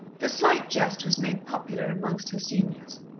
the slight jest was made popular amongst her seniors,